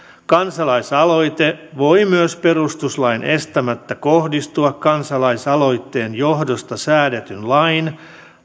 kansalaisaloite voi myös perustuslain estämättä kohdistua kansalaisaloitteen johdosta säädetyn lain